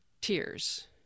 tears